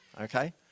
okay